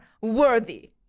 worthy